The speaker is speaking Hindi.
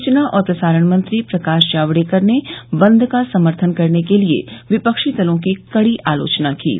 सूचना और प्रसारण मंत्री प्रकाश जावड़ेकर ने बंद का समर्थन करने के लिए विपक्षी दलों की कड़ी आलोचना की है